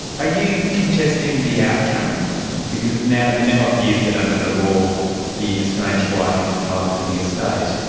ah you contesting the outcome? because it now it now appears that under the law the estranged wife is entitled to the estate.